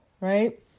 Right